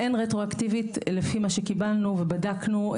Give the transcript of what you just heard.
אין רטרו-אקטיבית לפי מה שקיבלנו ובדקנו,